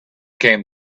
came